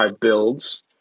builds